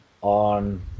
on